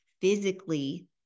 physically